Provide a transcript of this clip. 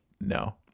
no